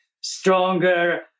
stronger